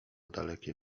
dalekie